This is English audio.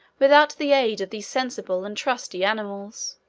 without the aid of these sensible and trusty animals.